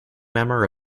member